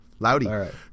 Loudy